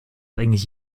eigentlich